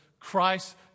Christ